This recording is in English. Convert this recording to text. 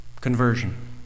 conversion